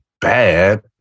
bad